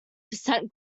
percent